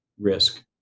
risk